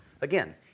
Again